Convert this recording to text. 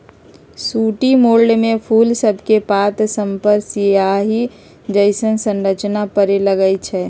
sooty मोल्ड में फूल सभके पात सभपर सियाहि जइसन्न संरचना परै लगैए छइ